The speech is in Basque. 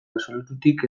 absolututik